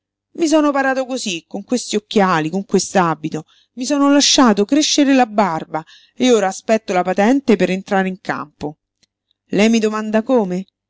i sono parato cosí con questi occhiali con quest'abito mi sono lasciato crescere la barba e ora aspetto la patente per entrare in campo lei mi domanda come